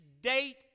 date